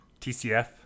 TCF